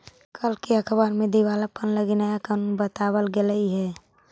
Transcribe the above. कल के अखबार में दिवालापन लागी नया कानून बताबल गेलई हे